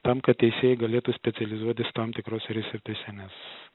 tam kad teisėjai galėtų specializuotis tam tikrose srityse nes